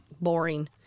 Boring